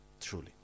truly